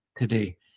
today